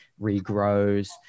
regrows